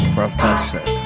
Professor